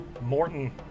Morton